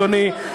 אדוני,